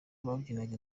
babyinaga